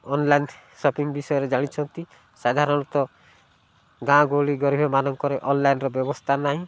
online shopping ବିଷୟରେ ଜାଣିଛନ୍ତି ସାଧାରଣତଃ ଗାଁ ଗହଳି ଗରିବମାନଙ୍କରେ ଅନଲାଇନ୍ର ବ୍ୟବସ୍ଥା ନାହିଁ